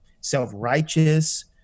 self-righteous